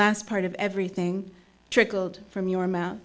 last part of everything trickled from your mou